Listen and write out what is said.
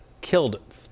killed